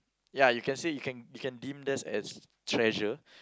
ya you can say you can you can deem this as treasure